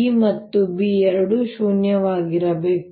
E ಮತ್ತು B ಎರಡೂ ಶೂನ್ಯವಾಗಿರಬೇಕು